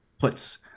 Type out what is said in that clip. puts